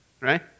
right